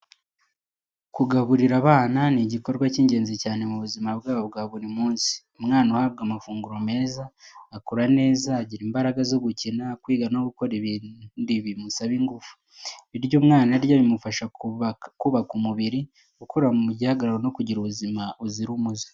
Kugaburira abana ni igikorwa cy’ingenzi cyane mu buzima bwabo bwa buri munsi. Umwana uhabwa amafunguro meza akura neza, agira imbaraga zo gukina, kwiga no gukora ibindi bimusaba ingufu. Ibiryo umwana arya bimufasha kubaka umubiri, gukura mu gihagararo no kugira ubuzima buzira umuze.